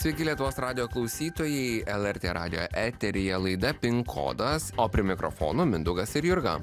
sveiki lietuvos radijo klausytojai lrt radijo eteryje laida pin kodas o prie mikrofono mindaugas ir jurga